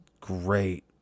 great